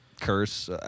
curse